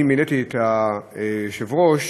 אני מילאתי את מקומו של היושב-ראש,